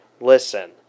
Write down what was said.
listen